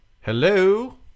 Hello